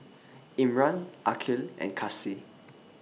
Imran Aqil and Kasih